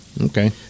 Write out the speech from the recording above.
Okay